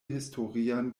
historian